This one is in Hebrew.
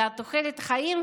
ותוחלת החיים,